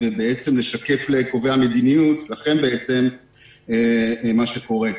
ובעצם לשקף לקובעי המדיניות, לכם, את מה שקורה.